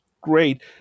great